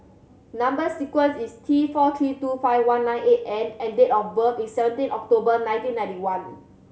number sequence is T four three two five one nine eight N and date of birth is seventeen October nineteen ninety one